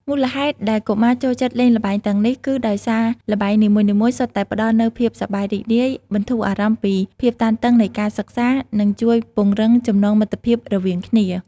មូលហេតុដែលកុមារចូលចិត្តលេងល្បែងទាំងនេះ គឺដោយសារល្បែងនីមួយៗសុទ្ធតែផ្ដល់នូវភាពសប្បាយរីករាយ បន្ធូរអារម្មណ៍ពីភាពតានតឹងនៃការសិក្សា និងជួយពង្រឹងចំណងមិត្តភាពរវាងគ្នា។